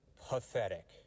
pathetic